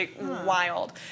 Wild